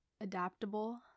adaptable